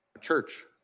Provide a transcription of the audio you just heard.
Church